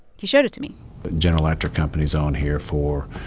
he showed it to me the general electric company's on here for,